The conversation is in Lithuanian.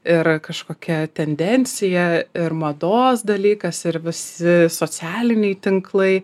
ir kažkokia tendencija ir mados dalykas ir visi socialiniai tinklai